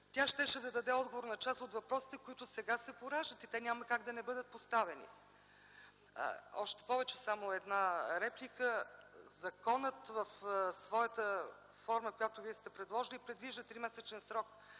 да даде отговор на част от въпросите, които сега се пораждат и те няма как да не бъдат поставени. Още повече, само една реплика – законът в своята форма, която сте предложили, предвижда тримесечен срок